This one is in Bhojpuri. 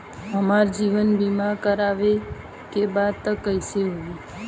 हमार जीवन बीमा करवावे के बा त कैसे होई?